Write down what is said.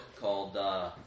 called